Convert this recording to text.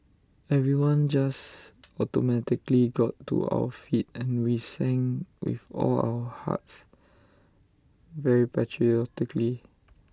everyone just automatically got to our feet and we sang with all of our hearts very patriotically